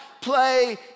play